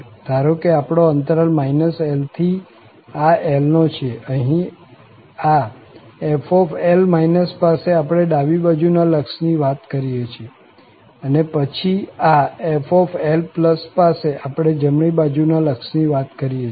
ધારો કે આપણો અંતરાલ -L થી આ L નો છે અહીં આ f પાસે આપણે ડાબી બાજુના લક્ષની વાત કરીએ છીએ અને પછી આ fL પાસે આપણે જમણી બાજુ ના લક્ષની વાત કરીએ છીએ